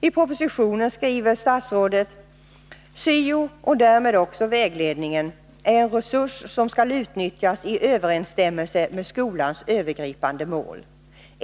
I propositionen skriver statsrådet: ”Syo och därmed också vägledningen är en resurs som skall utnyttjas i överensstämmelse med skolans övergripande mål.